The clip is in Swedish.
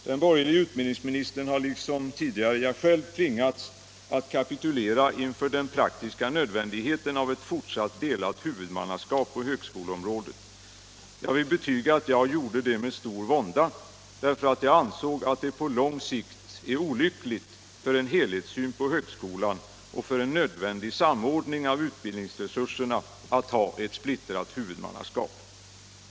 Den borgerlige utbildningsministern har liksom tidigare jag själv tvingats att kapitulera inför den praktiska nödvändigheten av ett fortsatt delat huvudmannaskap på högskoleområdet. Jag vill betyga att jag gjorde det med stor vånda, därför att jag ansåg att det på lång sikt är olyckligt för en helhetssyn på högskolan och för en nödvändig samordning av utbildningsresurserna att ha ett splittrat huvudmannaskap.